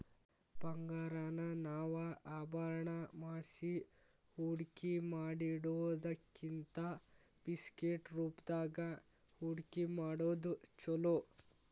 ಬಂಗಾರಾನ ನಾವ ಆಭರಣಾ ಮಾಡ್ಸಿ ಹೂಡ್ಕಿಮಾಡಿಡೊದಕ್ಕಿಂತಾ ಬಿಸ್ಕಿಟ್ ರೂಪ್ದಾಗ್ ಹೂಡ್ಕಿಮಾಡೊದ್ ಛೊಲೊ